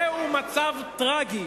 "זהו מצב טרגי,